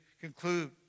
conclude